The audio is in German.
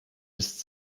ist